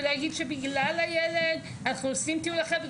ולהגיד שבגלל הילד אנחנו עושים טיול אחר,